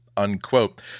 Unquote